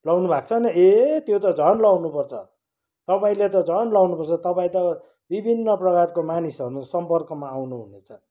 लगाउनुभएको छैन ए त्यो त झन् लगाउनुपर्छ तपाईँले त झन् लगाउनुपर्छ तपाईँ त विभिन्न प्रकारको मानिसहरूका सम्पर्कमा आउनुहुनेछ